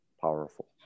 powerful